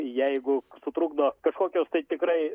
jeigu sutrukdo kažkokios tai tikrai